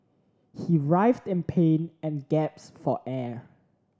he writhed in pain and gasped for air